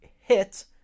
hit